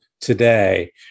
today